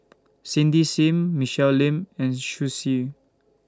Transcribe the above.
Cindy SIM Michelle Lim and Xu